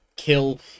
Kill